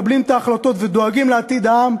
מקבלים את ההחלטות ודואגים לעתיד העם,